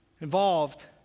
involved